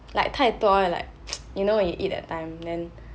like 太多 like you know when you eat that time then